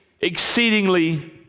exceedingly